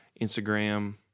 Instagram